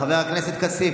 חבר הכנסת כסיף,